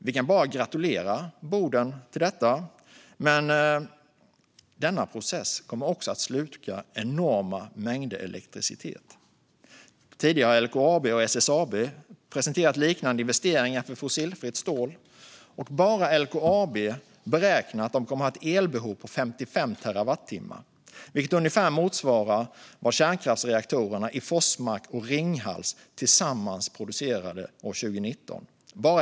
Vi kan bara gratulera Boden till detta, men denna process kommer också att sluka enorma mängder elektricitet. Tidigare har LKAB och SSAB presenterat liknande investeringar för fossilfritt stål, och bara LKAB beräknar att de kommer ha ett elbehov på 55 terawattimmar, vilket ungefär motsvarar vad kärnkraftsreaktorerna i Forsmark och Ringhals producerade tillsammans 2019.